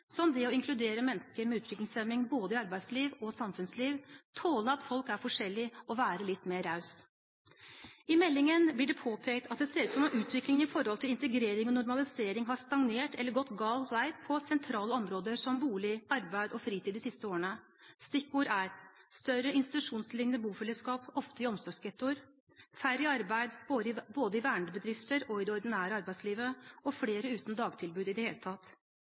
som det å inkludere mennesker med utviklingshemning i både arbeidsliv og samfunnsliv, tåle at folk er forskjellige og være litt mer rause. I meldingen blir det påpekt at det ser ut som om utviklingen når det gjelder integrering og normalisering, har stagnert eller gått gal vei på sentrale områder som bolig, arbeid og fritid de siste årene. Stikkord er: større institusjonslignende bofellesskap, ofte i omsorgsghettoer færre i arbeid, i både vernede bedrifter og det ordinære arbeidslivet flere uten dagtilbud i det hele tatt